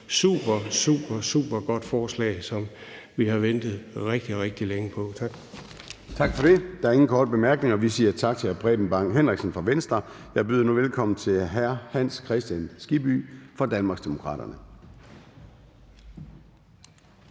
er et super, super godt forslag, som vi har ventet rigtig, rigtig længe på. Tak. Kl. 17:12 Formanden (Søren Gade): Der er ingen korte bemærkninger, og vi siger tak til hr. Preben Bang Henriksen fra Venstre. Jeg byder nu velkommen til hr. Hans Kristian Skibby fra Danmarksdemokraterne.